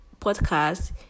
podcast